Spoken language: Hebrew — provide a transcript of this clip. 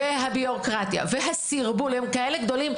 הביורוקרטיה והסרבול הם כאלה גדולים,